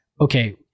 okay